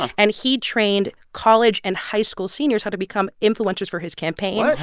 and he trained college and high school seniors how to become influencers for his campaign. what.